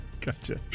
Gotcha